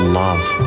love